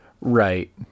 Right